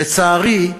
לצערי,